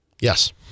Yes